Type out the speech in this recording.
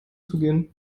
zugehen